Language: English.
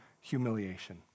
humiliation